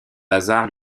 lazare